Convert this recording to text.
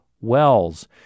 wells